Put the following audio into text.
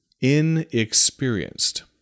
inexperienced